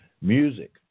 Music